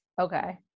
Okay